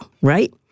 Right